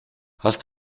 hast